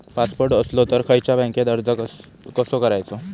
Passport असलो तर खयच्या बँकेत अर्ज कसो करायचो?